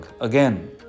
Again